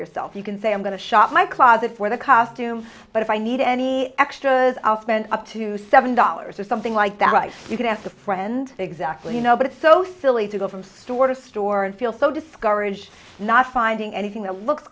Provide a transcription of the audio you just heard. yourself you can say i'm going to shop my closet for the costume but if i need any extras i'll spend up to seven dollars or something like that right you can ask a friend exactly you know but it's so silly to go from store to store and feel so discouraged not finding anything that looks